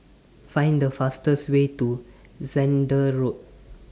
Find The fastest Way to Zehnder Road